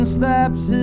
steps